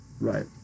Right